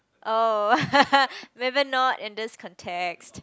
oh maybe not in this context